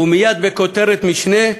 ומייד בכותרת משנה: